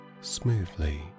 smoothly